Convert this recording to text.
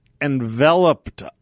enveloped